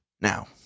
now